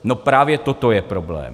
No právě toto je problém.